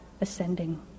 ascending